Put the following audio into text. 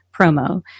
promo